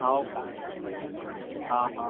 हो का हा हा